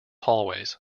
hallways